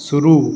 शुरू